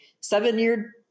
seven-year